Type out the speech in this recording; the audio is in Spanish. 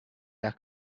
las